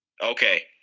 okay